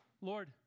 Lord